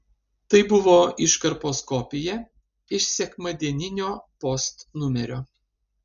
tai buvo iškarpos kopija iš sekmadieninio post numerio